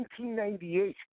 1998